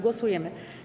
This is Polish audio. Głosujemy.